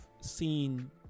seen